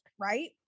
right